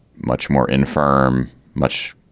much more infirm, much.